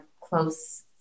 close